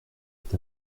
est